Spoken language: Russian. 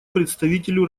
представителю